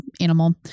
animal